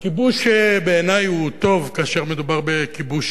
הכיבוש בעיני הוא טוב כאשר מדובר בכיבוש